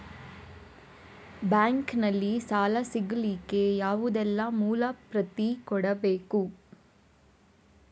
Bank ನಲ್ಲಿ ಸಾಲ ಸಿಗಲಿಕ್ಕೆ ಯಾವುದೆಲ್ಲ ಮೂಲ ಪ್ರತಿ ಕೊಡಬೇಕು?